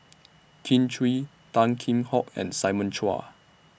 Kin Chui Tan Kheam Hock and Simon Chua